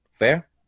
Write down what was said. fair